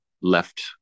left